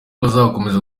bazakomeza